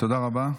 תודה רבה.